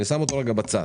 אני שם אותו רגע בצד.